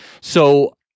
So-